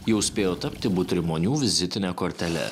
jau spėjo tapti butrimonių vizitine kortele